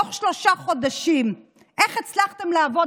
בתוך שלושה חודשים איך הצלחתם לעבוד,